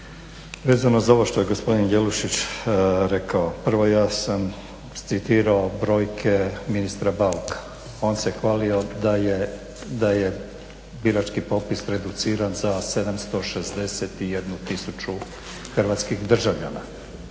Vezano za ovo što je gospodin Jelušić rekao. Prvo ja sam citirao brojke ministra Bauka. On se hvalio da je birački popis reduciran za 761000 hrvatskih državljana.